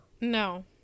No